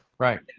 right.